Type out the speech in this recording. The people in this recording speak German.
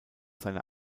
seiner